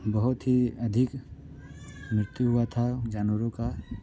बहुत ही अधिक मृत्यु हुआ था जानवरों का